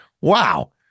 Wow